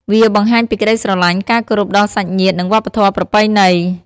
វាបង្ហាញពីក្តីស្រឡាញ់ ការគោរពដល់សាច់ញាតិ និងវប្បធម៌ប្រពៃណី។